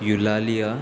Eulalia